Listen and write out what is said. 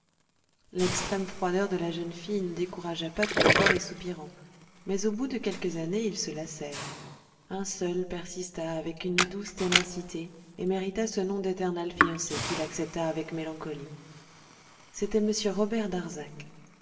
l'extrême froideur de la jeune fille ne découragea pas tout d'abord les soupirants mais au bout de quelques années ils se lassèrent un seul persista avec une douce ténacité et mérita ce nom d éternel fiancé qu'il accepta avec mélancolie c'était m robert darzac